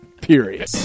Period